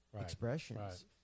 expressions